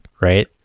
right